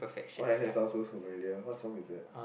why does that sound so familiar what song is that